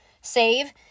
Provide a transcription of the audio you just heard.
save